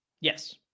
Yes